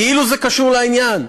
כאילו זה קשור לעניין,